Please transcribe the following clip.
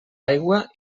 aigua